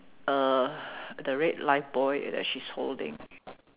uh the red lifebuoy that she's holding